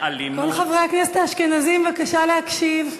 מאלימות, כל חברי הכנסת האשכנזים, בבקשה להקשיב.